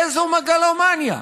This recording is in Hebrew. איזו מגלומניה.